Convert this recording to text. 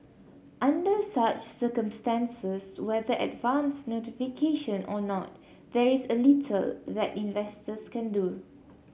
under such circumstances whether advance notification or not there is a little that investors can do